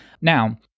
Now